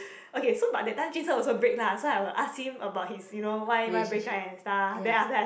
okay so but that time Jun Sheng also break lah so I will ask him about his you know why why break and stuff then after I